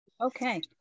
Okay